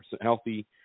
healthy